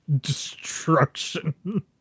destruction